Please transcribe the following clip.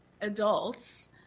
adults